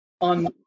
on